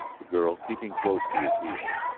the girl keeping close to his heels.